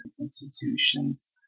institutions